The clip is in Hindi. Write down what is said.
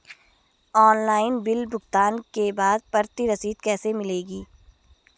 ऑनलाइन बिल भुगतान के बाद प्रति रसीद कैसे मिलेगी?